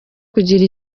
kugira